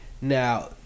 Now